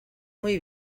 muy